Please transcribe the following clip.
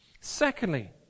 secondly